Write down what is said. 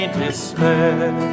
despair